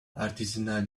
artisanal